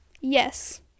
Yes